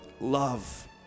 love